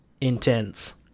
intense